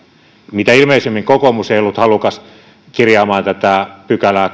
mitä ilmeisimmin kokoomus ei ollut halukas kirjaamaan tätä kolmattakymmenettätoista pykälää